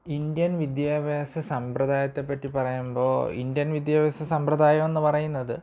Indian വിദ്യാഭ്യാസ സമ്പ്രദായത്തെപ്പറ്റി പറയുമ്പോള് ഇന്ത്യൻ വിദ്യാഭ്യാസ സമ്പ്രദായം എന്ന് പറയുന്നത്